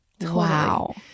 wow